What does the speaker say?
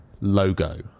logo